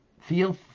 feel